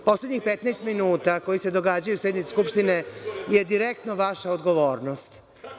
Poslednjih 15 minuta koji se događaju na sednici Skupštine su direktno vaša odgovornost.